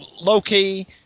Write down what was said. Low-key